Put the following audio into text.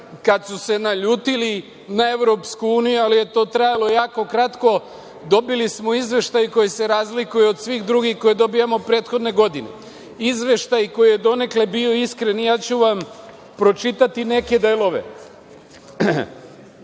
kada su se naljutili na EU, ali je to trajalo jako kratko, dobili smo izveštaj koji se razlikuje od svih drugih koje dobijamo prethodne godine. Izveštaj koji je donekle bio iskren i pročitaću vam neke delove.